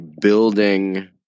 building